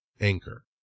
anchor